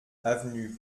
avenue